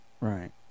right